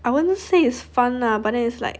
I wouldn't say it's fun lah but then it's like